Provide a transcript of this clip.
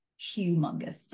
humongous